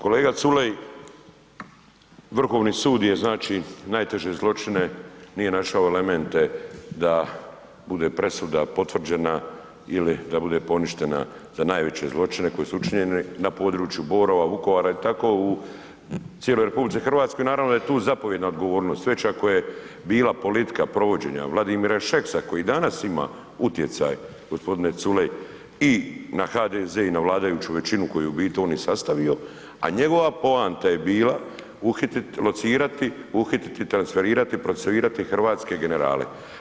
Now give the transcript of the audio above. Kolega Culej, Vrhovni sud je znači najteže zločine, nije našao elemente da bude presuda potvrđena ili da bude poništena za najveće zločine koji su učinjeni na području Borova, Vukovara i tako u cijeloj RH, naravno da je tu zapovjedna odgovornost, već ako je bila politika provođenja Vladimira Šeksa koji danas ima utjecaj, g. Culej, i na HDZ i vladajući većinu koju je u biti on i sastavio, a njegova poanta je bila „locirati, uhititi, transferirati, procesuirati“ hrvatske generale.